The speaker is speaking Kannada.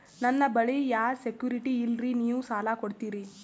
ನನ್ನ ಬಳಿ ಯಾ ಸೆಕ್ಯುರಿಟಿ ಇಲ್ರಿ ನೀವು ಸಾಲ ಕೊಡ್ತೀರಿ?